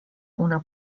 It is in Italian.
una